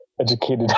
educated